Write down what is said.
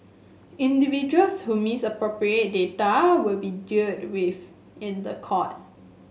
individuals who misappropriate data will be dealt with in the court